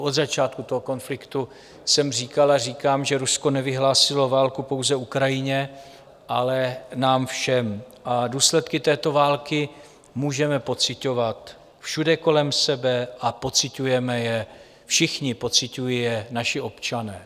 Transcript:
Od začátku toho konfliktu jsem říkal a říkám, že Rusko nevyhlásilo válku pouze Ukrajině, ale nám všem, důsledky této války můžeme pociťovat všude kolem sebe a pociťujeme je všichni, pociťují je naši občané.